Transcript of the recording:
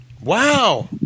Wow